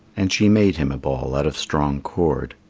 and she made him a ball out of strong cord.